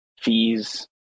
fees